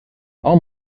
aún